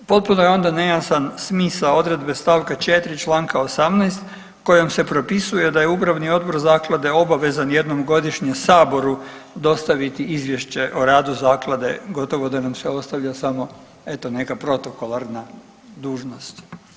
Potpuno je onda nejasan smisao odredbe stavka 4. članka 18. kojom se propisuje da je Upravni odbor zaklade obavezan jednom godišnje Saboru dostaviti izvješće o radu zaklade gotovo da nam se ostavlja samo eto neka protokolarna dužnost.